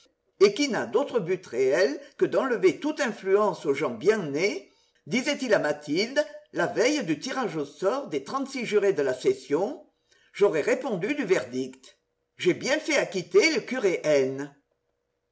et qui n'a d'autre but réel que d'enlever toute influence aux gens bien nés disait-il à mathilde la veille du tirage au sort des trente-six jurés de la session j'aurais répondu du verdict j'ai bien fait acquitter le curé